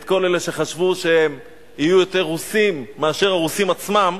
את כל אלה שחשבו שהם יהיו יותר רוסים מהרוסים עצמם.